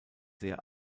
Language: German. sehr